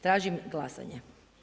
Tržim glasanje.